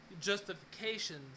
justifications